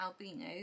Albino